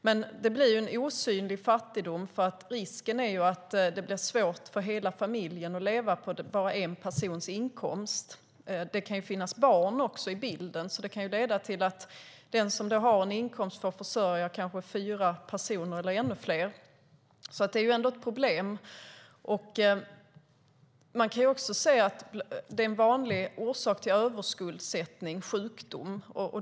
Det blir en osynlig fattigdom. Risken är att det blir svårt för en familj att leva på bara en persons inkomst. Det kan också finnas barn med i bilden, så det kan leda till att den som har en inkomst får försörja kanske fyra personer eller ännu fler. Det är ett problem. En vanlig orsak till överskuldsättning är sjukdom.